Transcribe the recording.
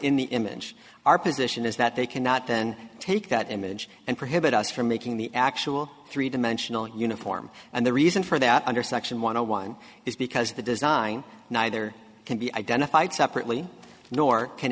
in the image our position is that they cannot then take that image and prohibit us from making the actual three dimensional uniform and the reason for that under section one hundred one is because the design neither can be identified separately nor can